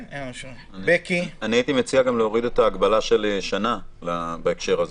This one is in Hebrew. אני הייתי מציע להוריד את ההגבלה של שנה בהקשר זה.